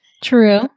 True